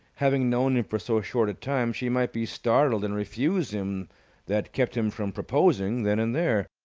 having known him for so short a time, she might be startled and refuse him that kept him from proposing then and there.